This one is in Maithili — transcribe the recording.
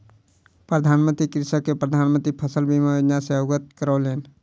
प्रधान मंत्री कृषक के प्रधान मंत्री फसल बीमा योजना सॅ अवगत करौलैन